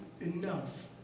enough